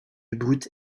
brute